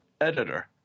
editor